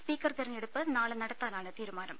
speaker തെരഞ്ഞെടുപ്പ് നാളെ നടത്താനാണ് തീരുമാനം